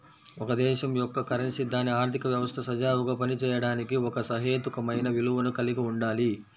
ఒక దేశం యొక్క కరెన్సీ దాని ఆర్థిక వ్యవస్థ సజావుగా పనిచేయడానికి ఒక సహేతుకమైన విలువను కలిగి ఉండాలి